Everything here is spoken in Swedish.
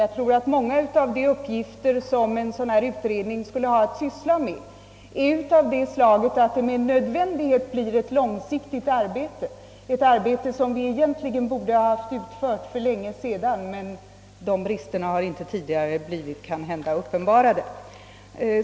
Jag tror att många av de uppgifter som en dylik utredning skulle syssla med är av det slaget att det med nödvändighet blir ett långsiktigt arbete, som vi egentligen borde ha utfört för länge sedan. Bristerna har kanhända inte tidigare blivit uppenbarade.